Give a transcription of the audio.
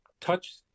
Touch